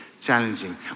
challenging